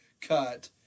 cut